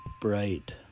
bright